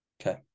Okay